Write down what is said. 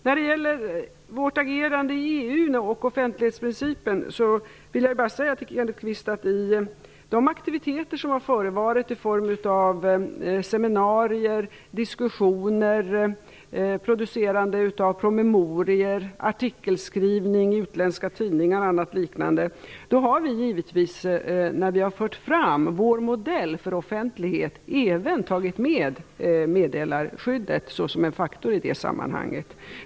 När det gäller vårt agerande i EU och offentlighetsprincipen vill jag bara säga till Kenneth Kvist att i de aktiviteter som förevarit i form av seminarier, diskussioner, producerande av promemorior, artikelskrivning i utländska tidningar och liknande har vi när vi fört fram vår modell för offentlighet givetvis även tagit med meddelarskyddet såsom en faktor i det sammanhanget.